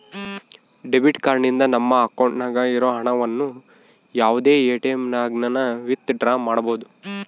debit card ನಿಂದ ನಮ್ಮ ಅಕೌಂಟ್ನಾಗ ಇರೋ ಹಣವನ್ನು ಯಾವುದೇ ಎಟಿಎಮ್ನಾಗನ ವಿತ್ ಡ್ರಾ ಮಾಡ್ಬೋದು